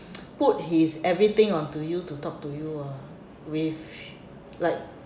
put his everything onto you to talk to you ah with like